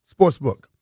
sportsbook